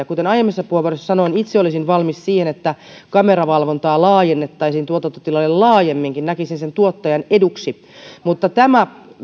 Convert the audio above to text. kuten aiemmissa puheenvuoroissani sanoin itse olisin valmis siihen että kameravalvontaa laajennettaisiin tuotantotiloille laajemminkin näkisin sen tuottajan eduksi mutta tämä